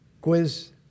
Quiz